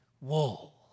wool